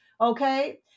Okay